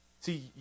See